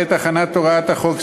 בעת הכנת הוראת החוק,